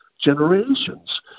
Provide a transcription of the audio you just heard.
generations